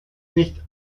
nicht